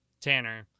Tanner